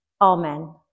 amen